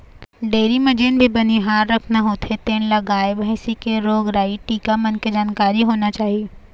dairy म जेन भी बनिहार राखना होथे तेन ल गाय, भइसी के रोग राई, टीका मन के जानकारी होना चाही